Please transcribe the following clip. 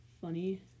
funny